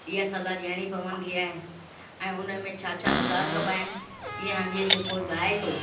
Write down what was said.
इहा सलाहु ॾियणी पवंदी आहे ऐं उनमें छा छा सुधार कबा आहिनि कीअं जीअं जे कोई गाए थो